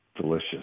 Delicious